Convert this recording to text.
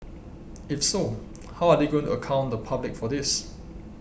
if so how are they going to account the public for this